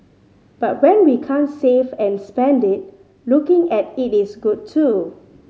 but when we can't save and spend it looking at it is good too